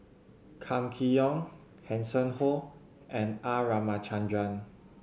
Kam Kee Yong Hanson Ho and R Ramachandran